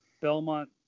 Belmont